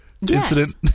incident